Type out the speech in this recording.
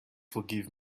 forgive